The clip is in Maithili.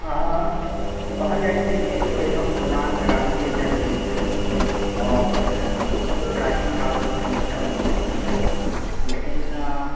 हँ कहल जाइत छै कि ओहिठाम भगवान रामके जन्म भेल छलै आओर बहुत प्राचीन कालसँ ओहिठाम एकटा मन्दिर छलैए लेकिन